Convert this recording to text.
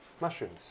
mushrooms